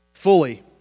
fully